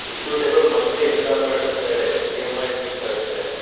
equitable monthly installment ಅಂತ ಹೇಳಿ E M I fix ಆಗುತ್ತೆ